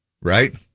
right